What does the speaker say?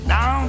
Now